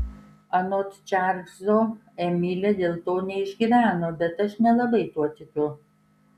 anot čarlzo emilė dėl to neišgyveno bet aš nelabai tuo tikiu